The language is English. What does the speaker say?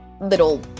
little